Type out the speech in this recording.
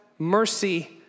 Mercy